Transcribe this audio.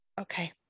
Okay